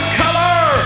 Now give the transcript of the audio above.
color